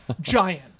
Giant